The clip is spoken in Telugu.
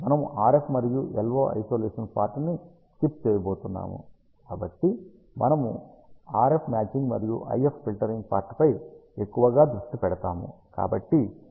మనము RF మరియు LO ఐసోలేషన్ పార్ట్ ని స్కిప్ చేయబోతున్నాము కాని మనము RF మ్యాచింగ్ మరియు IF ఫిల్టరింగ్ పార్ట్పై ఎక్కువగా దృష్టి పెడతాము